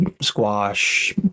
squash